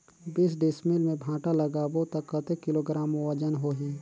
बीस डिसमिल मे भांटा लगाबो ता कतेक किलोग्राम वजन होही?